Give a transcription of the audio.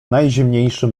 najzimniejszy